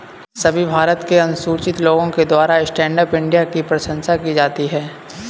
सभी भारत के अनुसूचित लोगों के द्वारा स्टैण्ड अप इंडिया की प्रशंसा की जाती है